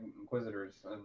Inquisitors